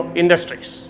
industries